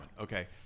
Okay